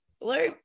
Blue